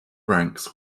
ranks